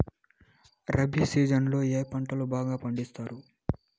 rabi season లో ఏ పంటలు బాగా పండిస్తారు